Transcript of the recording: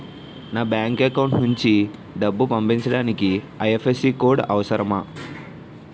నా bank account నుంచి డబ్బు పంపించడానికి ఐ.ఎఫ్.ఎస్.సి కోడ్ అవసరమా?